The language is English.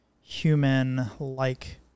human-like